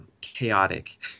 chaotic